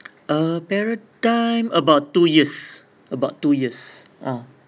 uh paradigm about two years about two years ah